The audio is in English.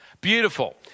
Beautiful